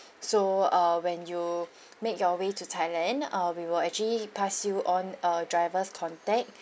so uh when you make your way to thailand uh we will actually pass you on a driver's contact